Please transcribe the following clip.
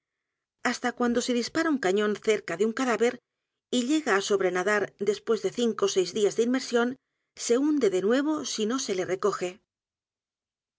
hasta cuando se dispara u n cañón cerca de un cadáver y llega á sobrenadar después de cinco ó seis días de inmersión se h u n d e de nuevo si no se le recoge